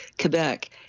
Quebec